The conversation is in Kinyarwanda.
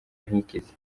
ntikize